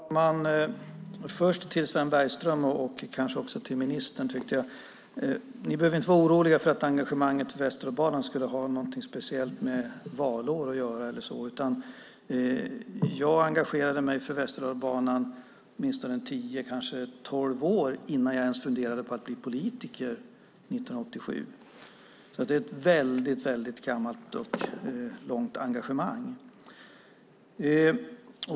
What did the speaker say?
Herr talman! Jag ska först vända mig till Sven Bergström och till ministern. Ni behöver inte vara oroliga för att mitt engagemang för Västerdalsbanan skulle ha något speciellt med valåret att göra. Jag engagerade mig för Västerdalsbanan tio-tolv år innan jag ens funderade på att bli politiker 1987. Det är alltså ett gammalt och långt engagemang.